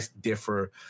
differ